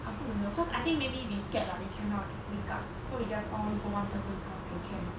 I also don't know cause I think maybe we scared lah we cannot wake up so we just all go one person's house and camp